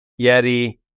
Yeti